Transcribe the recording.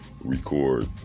record